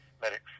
medics